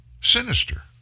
sinister